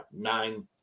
nine